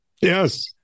Yes